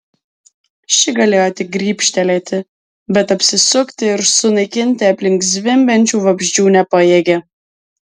ši galėjo tik grybštelėti bet apsisukti ir sunaikinti aplink zvimbiančių vabzdžių nepajėgė